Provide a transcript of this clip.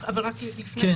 רק לפני זה,